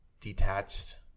detached